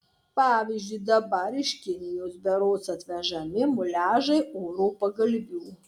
pavyzdžiui dabar iš kinijos berods atvežami muliažai oro pagalvių